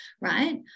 Right